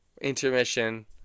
Intermission